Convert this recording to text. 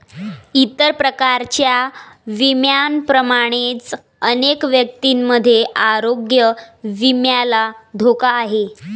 इतर प्रकारच्या विम्यांप्रमाणेच अनेक व्यक्तींमध्ये आरोग्य विम्याला धोका आहे